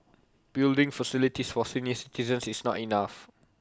building facilities for senior citizens is not enough